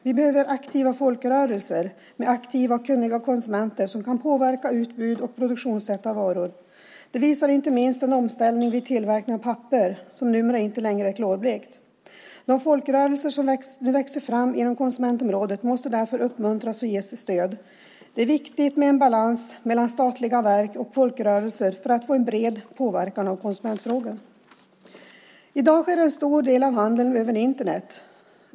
Vi behöver aktiva folkrörelser med aktiva och kunniga konsumenter som kan påverka varuutbudet och produktionssättet. Det visar inte minst omställningen vid tillverkningen av papper, som numera inte längre är klorblekt. De folkrörelser som nu växer fram inom konsumentområdet måste därför uppmuntras och ges stöd. Det är viktigt med balans mellan statliga verk och folkrörelser för att få bred påverkan på konsumentfrågorna. I dag sker en stor del av handeln över Internet.